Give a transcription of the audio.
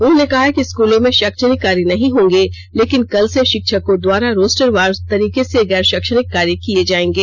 उन्होंने कहा है कि स्कूलों में शैक्षणिक कार्य नहीं होंगे लेकिन कल से षिक्षकों द्वारा रोस्टरवार तरीके से गैर शैक्षणिक कार्य किये जायेंगे